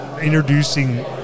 introducing